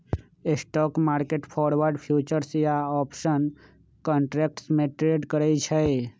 stock market forward, futures या option contracts में trade करई छई